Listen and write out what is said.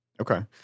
Okay